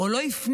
או לא הפנים,